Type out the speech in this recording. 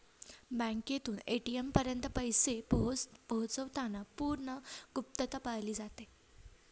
बँकेतून ए.टी.एम पर्यंत पैसे पोहोचवताना पूर्ण गुप्तता पाळली जाते